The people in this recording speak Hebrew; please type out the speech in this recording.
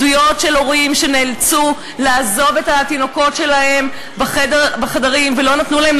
של הורים שנאלצו לעזוב את התינוקות שלהם בחדרים ולא נתנו להם